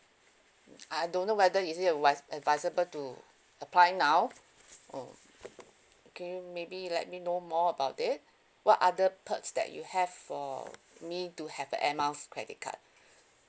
I don't know whether is it advi~ advisable to apply now mm can you maybe let me know more about it what other perks that you have for me to have a air miles credit card